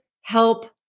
help